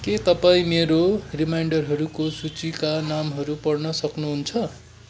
के तपाईँ मेरो रिमाइन्डरहरूको सूचीका नामहरू पढ्न सक्नुहुन्छ